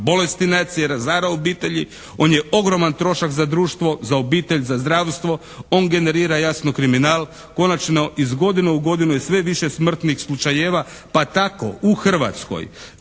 "bolesti nacije", razara obitelji, on je ogroman trošak za društvo, za obitelj, za zdravstvo, on generira jasno kriminal, konačno iz godine u godinu je sve više smrtnih slučajeva pa tako u Hrvatskoj